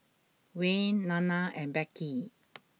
Wayne Nana and Becky